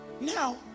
Now